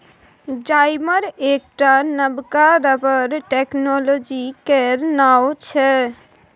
जाइमर एकटा नबका रबर टेक्नोलॉजी केर नाओ छै